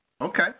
Okay